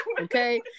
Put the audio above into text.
Okay